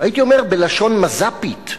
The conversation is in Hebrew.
הייתי אומר בלשון מז"פית,